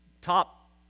top